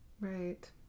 right